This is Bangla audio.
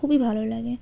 খুবই ভালো লাগে